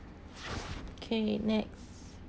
okay next